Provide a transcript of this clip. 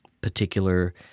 particular